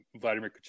Vladimir